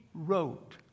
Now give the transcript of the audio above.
wrote